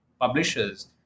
publishers